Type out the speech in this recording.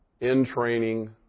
in-training